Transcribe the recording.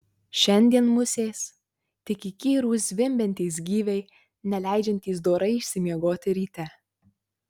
šiandien musės tik įkyrūs zvimbiantys gyviai neleidžiantys dorai išsimiegoti ryte